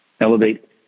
Elevate